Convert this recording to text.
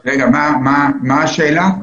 אותו.